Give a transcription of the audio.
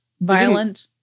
Violent